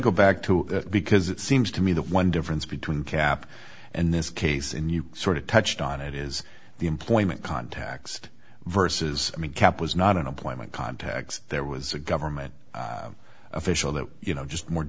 go back to that because it seems to me the one difference between cap and this case in you sort of touched on it is the employment contacts versus i mean cap was not an employment context there was a government official that you know just more